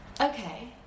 Okay